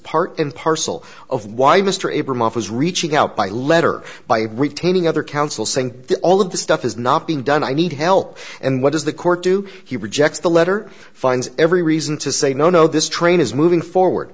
part and parcel of why mr abrams was reaching out by letter by retaining other counsel saying that all of this stuff is not being done i need help and what does the court do he rejects the letter finds every reason to say no no this train is moving forward